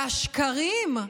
והשקרים,